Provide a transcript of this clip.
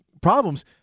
problems